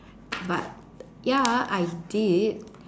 but ya I did